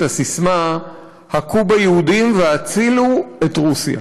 הססמה "הכו ביהודים והצילו את רוסיה".